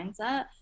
mindset